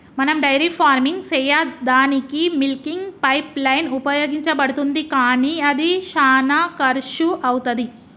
మనం dairy farming సెయ్యదానికీ milking pipeline ఉపయోగించబడుతుంది కానీ అది శానా కర్శు అవుతది